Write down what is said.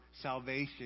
salvation